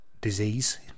disease